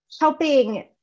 helping